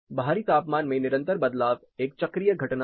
बाहरी तापमान में निरंतर बदलाव एक चक्रीय घटना है